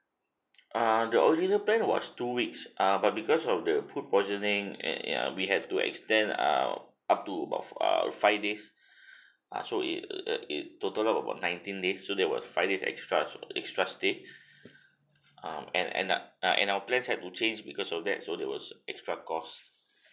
err the original plan was two weeks uh but because of the food poisoning and ya we have to extend err up to about err five days ah so it e~ it total about nineteen days so that was five days extra extra stay um and and ou~ and our plan had to change because of that so there was extra cost